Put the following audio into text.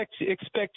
expect